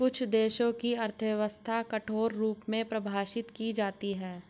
कुछ देशों की अर्थव्यवस्था कठोर रूप में परिभाषित की जाती हैं